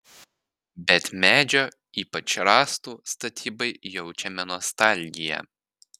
bet medžio ypač rąstų statybai jaučiame nostalgiją